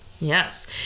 Yes